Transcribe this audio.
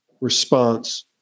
response